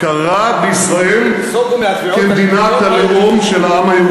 ייסוגו מהתביעות הלאומיות שלהם?